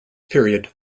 period